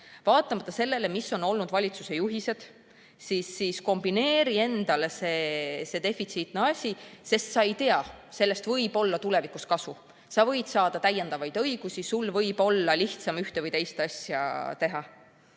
Vaatamata sellele, mis on olnud valitsuse juhised, kombineeri endale see defitsiitne asi, sest sa ei tea, sellest võib olla tulevikus kasu, sa võid saada täiendavaid õigusi, sul võib olla lihtsam ühte või teist asja teha.